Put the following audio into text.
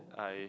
I